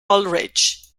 ulrich